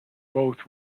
both